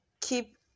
keep